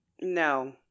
No